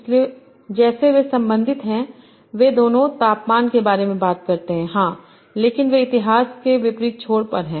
इसलिए जैसे वे संबंधित हैं वे दोनों तापमान के बारे में बात करते हैं हां लेकिन वे इतिहास के विपरीत छोर पर हैं